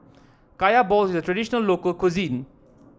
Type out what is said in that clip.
Kaya Balls is a traditional local cuisine